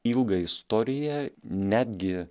ilgą istoriją netgi